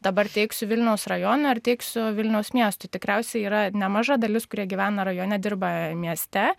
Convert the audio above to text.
dabar teiksiu vilniaus rajono ir teiksiu vilniaus miestui tikriausiai yra nemaža dalis kurie gyvena rajone dirba mieste